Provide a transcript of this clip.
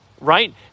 right